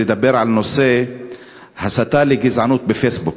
לדבר על נושא ההסתה לגזענות בפייסבוק.